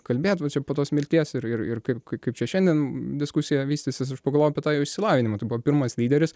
kalbėt va čia po tos mirties ir ir ir kaip kaip čia šiandien diskusija vystysis aš pagalvojau apie tą jo išsilavinimą tai buvo pirmas lyderis